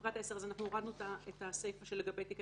בפרט (10) אנחנו הורדנו את הסיפה לגבי תיקי